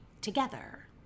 together